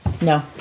No